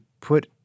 put